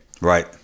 Right